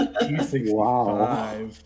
Wow